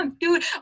dude